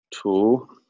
Two